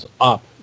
up